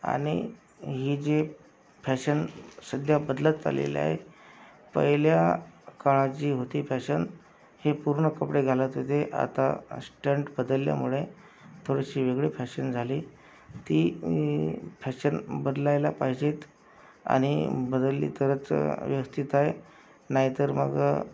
आणि ही जी फॅशन सध्या बदलत चाललेला आहे पहिल्या काळात जी होती फॅशन ही पूर्ण कपडे घालत होते आता श्टंट बदलल्यामुळे थोळीशी वेगळी फॅशन झाली ती फॅशन बदलायला पाहिजेत आणि बदलली तरच व्यवस्थित आहे नाही तर मग